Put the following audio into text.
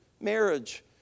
marriage